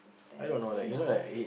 terrapin no